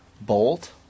Bolt